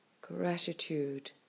gratitude